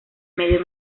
medio